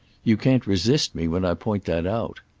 you can't resist me when i point that out.